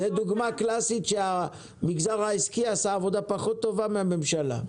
זו דוגמה קלאסית שהמגזר העסקי עשה עבודה פחות טובה מהממשלה.